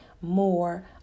more